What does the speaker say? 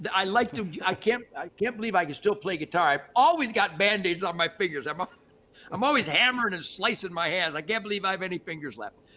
i like to, i can't i can't believe i can still play guitar. i've always got band-aids on my fingers. i'm ah um always hammering and slicing my hands. i can't believe i have any fingers left.